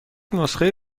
نسخه